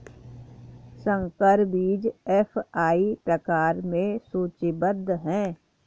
संकर बीज एफ.आई प्रकार में सूचीबद्ध है